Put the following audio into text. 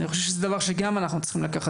ואני חושב שזה דבר שגם אנחנו צריכים לקחת